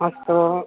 अस्तु